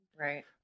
Right